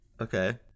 Okay